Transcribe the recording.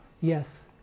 yes